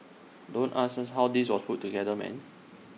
don't ask us how this was put together man